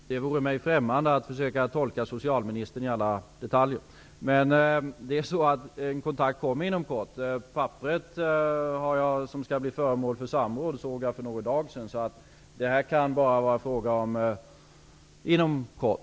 Fru talman! Det vore mig främmande att försöka tolka socialministern i alla detaljer, men kontakt kommer att tas inom kort. Det papper som skall bli föremål för samråd såg jag för någon dag sedan, så det kan bara vara fråga om ''inom kort''.